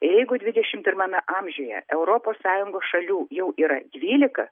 jeigu dvidešimt pirmame amžiuje europos sąjungos šalių jau yra dvylika